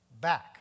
back